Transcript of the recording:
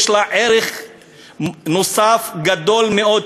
יש לה ערך נוסף גדול מאוד.